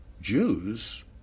Jews